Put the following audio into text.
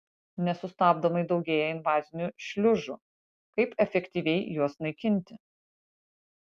nesustabdomai daugėja invazinių šliužų kaip efektyviai juos naikinti